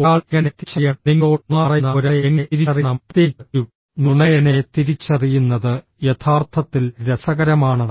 ഒരാളെ എങ്ങനെ തിരിച്ചറിയണം നിങ്ങളോട് നുണ പറയുന്ന ഒരാളെ എങ്ങനെ തിരിച്ചറിയണം പ്രത്യേകിച്ച് ഒരു നുണയനെ തിരിച്ചറിയുന്നത് യഥാർത്ഥത്തിൽ രസകരമാണ്